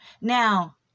Now